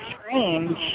strange